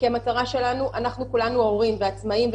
כולנו הורים ועצמאים,